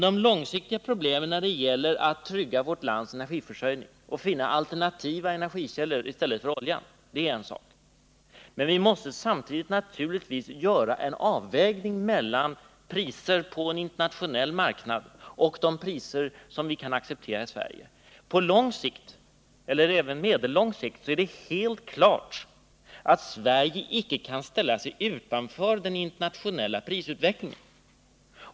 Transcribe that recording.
De långsiktiga problemen när det gäller att trygga vårt lands energiförsörjning och finna alternativa energikällor i stället för olja är en sak, men samtidigt måste vi naturligtvis göra en avvägning mellan priser på en internationell marknad och de priser som vi kan acceptera i Sverige. På lång sikt, och även på medellång sikt, är det helt klart att Sverige icke kan ställa sig utanför den internationella prisutvecklingen.